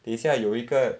等一下有一个